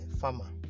farmer